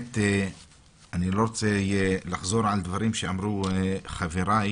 אני לא רוצה לחזור על דברים שאמרו חבריי